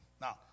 Now